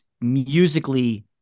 musically